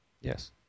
Yes